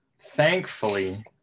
Thankfully